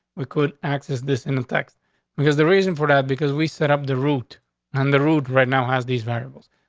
we could access this in the text because the reason for that because we set up the route on and the route right now has these variables.